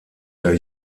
der